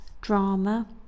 Drama